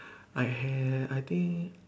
I had I think